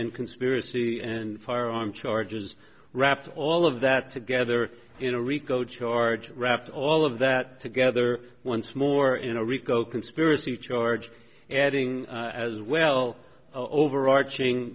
and conspiracy and firearm charges wrapped all of that together in a rico charge wrapped all of that together once more in a rico conspiracy charge adding as well overarching